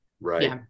right